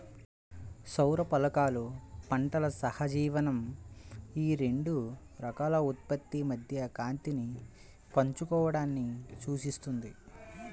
సౌర ఫలకాలు పంటల సహజీవనం ఈ రెండు రకాల ఉత్పత్తి మధ్య కాంతిని పంచుకోవడాన్ని సూచిస్తుంది